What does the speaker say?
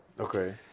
Okay